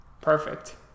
Perfect